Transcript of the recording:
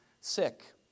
sick